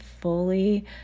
fully